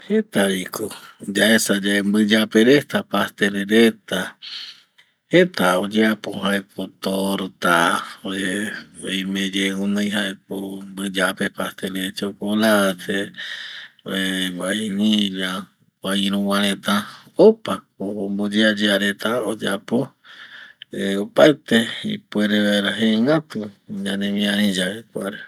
Jeta vi ko yaesa yae mbɨyape reta pastele reta jeta oyeapo jaeko torta oime ye guɨnoi mbɨyape jaeko pasteles de chocolate, imilla jokua iru va reta opa ko ombo yea yea reta oyapo opaete ipuere vaera jegatu ñanemiari yave kuare